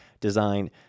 design